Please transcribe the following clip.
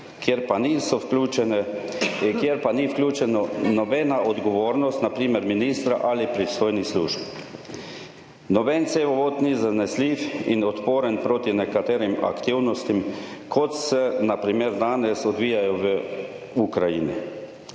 kjer pa ni vključena nobena odgovornost na primer ministra ali pristojnih služb. Noben cevovod ni zanesljiv in odporen proti nekaterim aktivnostim, kot se na primer danes odvijajo v Ukrajini.